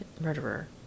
murderer